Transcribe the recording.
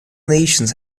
nations